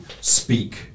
speak